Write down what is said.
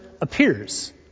appears